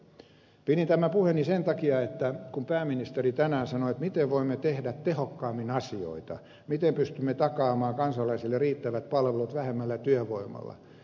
pidin tämän puheeni sen takia että pääministeri tänään sanoi miten voimme tehdä tehokkaammin asioita miten pystymme takaamaan kansalaisille riittävät palvelut vähemmällä työvoimalla